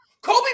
Kobe